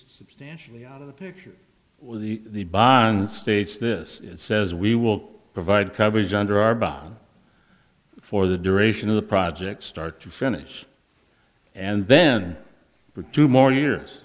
substantially out of the picture the the bond states this and says we will provide coverage under our bond for the duration of the project start to finish and then for two more years